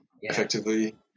effectively